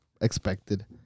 expected